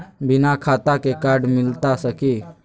बिना खाता के कार्ड मिलता सकी?